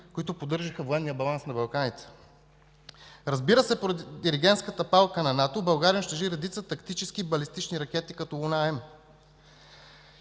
които поддържаха военния баланс на Балканите. Разбира се, под диригентската палка на НАТО България унищожи редица тактически балистични ракети, като „Луна-М”.